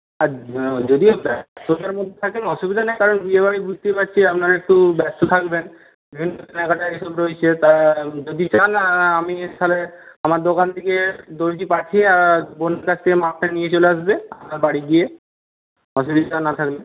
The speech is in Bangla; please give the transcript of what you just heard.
আর যদিও ব্যস্ততার মধ্যে থাকেন অসুবিধা নেই কারণ বিয়েবাড়ি বুঝতেই পারছি আপনারা একটু ব্যস্ত থাকবেন বিভিন্ন কেনাকাটা এইসব রয়েছে তা যদি চান আমি তাহলে আমার দোকান থেকে দর্জি পাঠিয়ে বোনের কাছ থেকে মাপটা নিয়ে চলে আসবে আপনার বাড়ি গিয়ে অসুবিধা না থাকলে